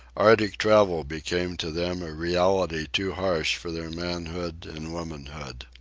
arctic travel became to them a reality too harsh for their manhood and womanhood.